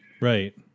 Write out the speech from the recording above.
Right